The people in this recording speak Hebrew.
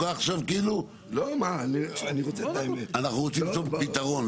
אנחנו רוצים למצוא פתרון.